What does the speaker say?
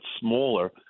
smaller